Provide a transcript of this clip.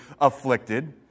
afflicted